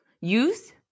Youth